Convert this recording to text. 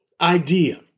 idea